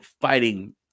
fighting